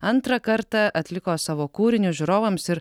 antrą kartą atliko savo kūrinius žiūrovams ir